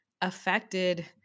affected